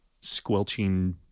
squelching